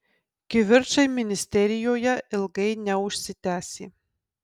kivirčai ministerijoje ilgai neužsitęsė